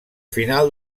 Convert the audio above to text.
final